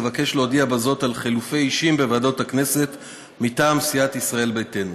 אבקש להודיע בזאת על חילופי אישים בוועדות הכנסת מטעם סיעת ישראל ביתנו: